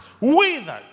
withered